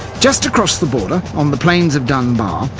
just across the border on the plains of dunbar,